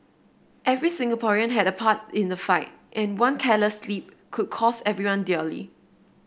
every Singaporean had a part in the fight and one careless slip could cost everyone dearly